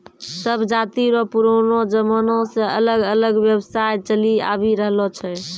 सब जाति रो पुरानो जमाना से अलग अलग व्यवसाय चलि आवि रहलो छै